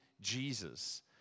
Jesus